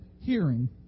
hearing